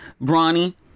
Brawny